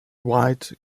white